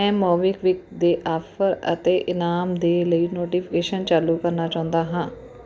ਮੈਂ ਮੋਬੀਕਵਿਕ ਦੇ ਆਫ਼ਰ ਅਤੇ ਇਨਾਮ ਦੇ ਲਈ ਨੋਟੀਫਿਕੇਸ਼ਨ ਚਾਲੂ ਕਰਨਾ ਚਾਹੁੰਦਾ ਹਾਂ